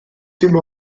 dim